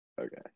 Okay